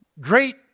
great